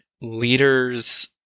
Leaders